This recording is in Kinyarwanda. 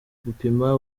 gupima